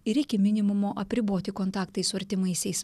ir iki minimumo apriboti kontaktai su artimaisiais